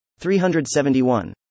371